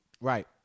Right